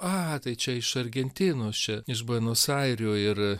a tai čia iš argentinos čia iš buenos airių ir